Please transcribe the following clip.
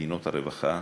מדינות הרווחה,